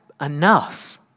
enough